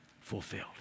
fulfilled